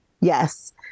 Yes